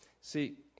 See